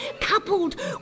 coupled